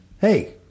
hey